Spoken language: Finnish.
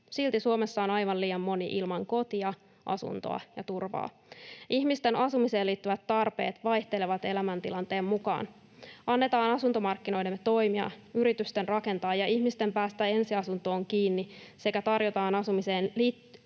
Silti Suomessa on aivan liian moni ilman kotia, asuntoa ja turvaa. Ihmisten asumiseen liittyvät tarpeet vaihtelevat elämäntilanteen mukaan. Annetaan asuntomarkkinoidemme toimia, yritysten rakentaa ja ihmisten päästä ensiasuntoon kiinni sekä tarjotaan asumiseen